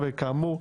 וכאמור,